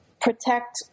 protect